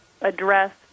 address